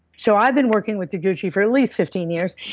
so i've been working with taguchi for at least fifteen years,